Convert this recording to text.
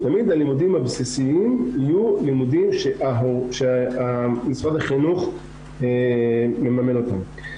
תמיד הלימודים הבסיסיים יהיו לימודים שמשרד החינוך מממן אותם.